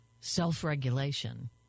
self-regulation